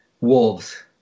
Wolves